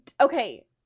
Okay